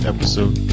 Episode